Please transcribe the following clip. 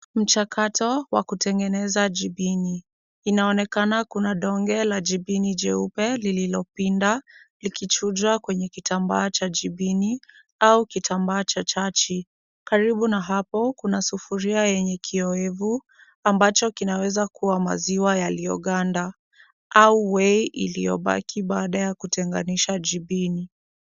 Mchakato wa kutengeneza jibini. Inaonekana kuna donge la jibini jeupe lililopinda likichujwa kwa kitambaa cha jibini au kitambaa cha chachi. Karibu na hapo kuna, kuna sufuria yenye kiowevu ambacho kinaweza kuwa maziwa yaliyoganda au wei iliyobaki baada ya kutenganisha jibini.